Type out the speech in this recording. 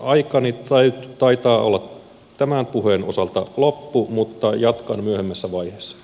aikani taitaa olla tämän puheen osalta loppu mutta jatkan myöhemmässä vaiheessa